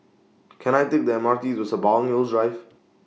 Can I Take The M R T to Sembawang Hills Drive